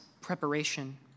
preparation